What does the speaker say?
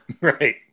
Right